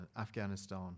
Afghanistan